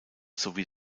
sowie